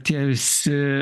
tie visi